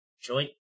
joint